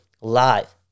live